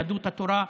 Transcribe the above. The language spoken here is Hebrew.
יהדות התורה.